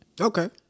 Okay